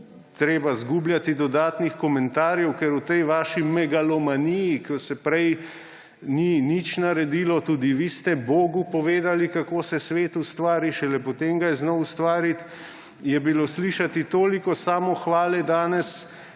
treba izgubljati dodatnih komentarjev, ker v tej vaši megalomaniji, ko se prej ni nič naredilo, tudi vi ste bogu povedali, kako se svet ustvari, šele potem ga je znal ustvariti, je bilo danes slišati toliko samohvale, da